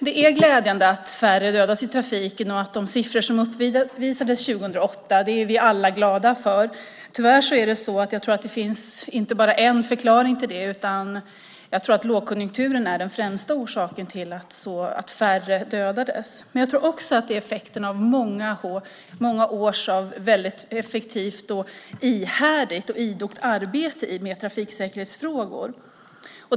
Det är glädjande att färre dödas i trafiken, och de siffror som uppvisades 2008 är vi alla glada för. Tyvärr tror jag att det finns inte bara en förklaring till det. Jag tror att lågkonjunkturen är den främsta orsaken till att färre dödades. Men jag tror också att det är en effekt av många år med mycket effektivt, ihärdigt och idogt arbete med trafiksäkerhetsfrågor.